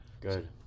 Good